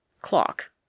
Clock